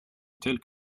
tel